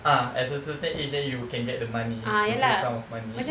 ah at a certain age then you can get the money the whole sum of money